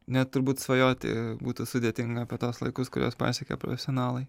net turbūt svajoti būtų sudėtinga apie tuos laikus kuriuos pasiekia profesionalai